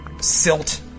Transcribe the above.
silt